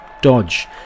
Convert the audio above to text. dodge